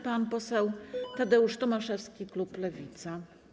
Pan poseł Tadeusz Tomaszewski, klub Lewica.